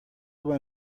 one